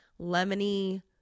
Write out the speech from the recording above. lemony